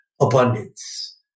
abundance